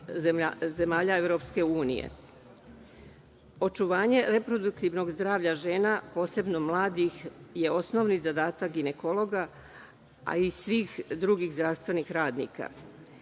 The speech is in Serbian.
zemalja EU.Očuvanje reproduktivnog zdravlja žena, posebno mladih, je osnovni zadatak ginekologa, a i svih drugih zdravstvenih radnika.